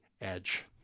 edge